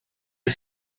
are